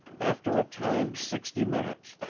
after a timed sixty minutes,